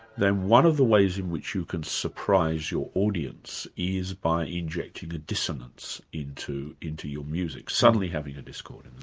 then one of the ways in which you can surprise your audience is by injecting a dissonance into into your music, suddenly having a discord.